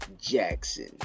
jackson